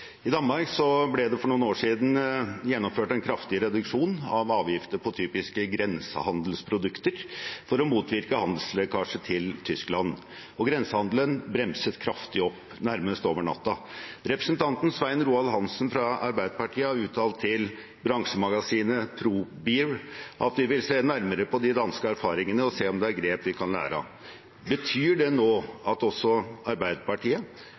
I Danmark ble det for noen år siden gjennomført en kraftig reduksjon av avgifter på typiske grensehandelsprodukter for å motvirke handelslekkasje til Tyskland, og grensehandelen bremset kraftig opp nærmest over natten. Representanten Svein Roald Hansen fra Arbeiderpartiet har uttalt til bransjemagasinet ProBeer at man vil se nærmere på de danske erfaringene og se om det er grep man kan lære av. Betyr det nå at også Arbeiderpartiet